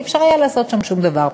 לא היה אפשר לעשות שם שום דבר.